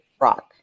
rock